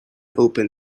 open